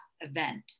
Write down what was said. event